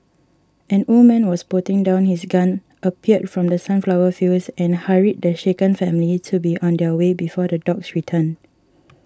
an old man was putting down his gun appeared from the sunflower fields and hurried the shaken family to be on their way before the dogs return